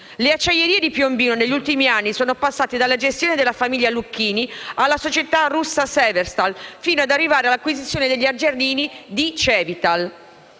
Le acciaierie di Piombino negli ultimi anni sono passate dalla gestione della famiglia Lucchini alla società russa Severstal, fino ad arrivare all'acquisizione degli algerini di Cevital.